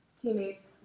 teammates